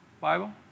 Bible